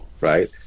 right